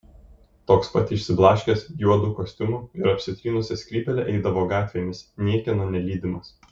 toks pat išsiblaškęs juodu kostiumu ir apsitrynusia skrybėle eidavo gatvėmis niekieno nelydimas